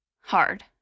hard